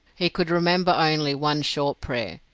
he could remember only one short prayer,